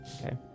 Okay